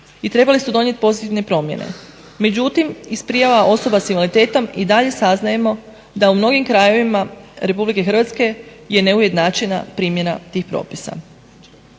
i trebali su donijeti posebne promjene. Međutim iz prijava osoba sa invaliditetom i dalje saznajemo da u mnogim krajevima RH je neujednačena primjena tih propisa.